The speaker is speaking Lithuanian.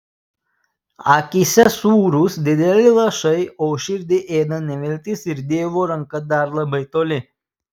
akyse sūrūs dideli lašai o širdį ėda neviltis ir dievo ranka dar labai toli